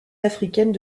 africaines